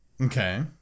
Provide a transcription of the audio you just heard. Okay